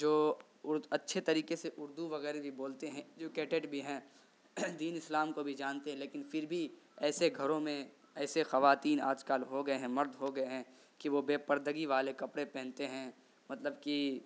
جو اچھے طریقے سے اردو وغیرہ بھی بولتے ہیں ایجوکیٹڈ بھی ہیں دین اسلام کو بھی جانتے ہیں لیکن پھر بھی ایسے گھروں میں ایسے خواتین آج کل ہو گئے ہیں مرد ہو گئے ہیں کہ وہ بے پردگی والے کپڑے پہنتے ہیں مطلب کہ